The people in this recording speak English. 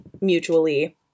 mutually